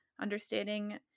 understanding